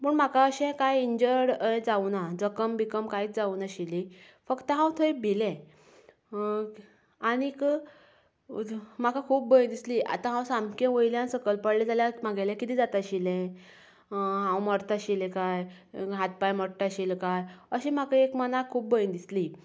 पूण म्हाका अशें कांय इंजर्ड जावूंक ना जखम बिकम कांयच जावूंक नाशिल्ली फक्त हांव थंय भिलें आनीक म्हाका खूब भंय दिसली आतां हांव सामकें वयल्यान सकयल पडलें जाल्यार म्हागेलें कितें जाता आशिल्लें हांव मरता आशिल्लें कांय हात पांय मोडटा आशिल्ले कांय अशें म्हाका एक मनाक खूब भंय दिसली